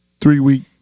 three-week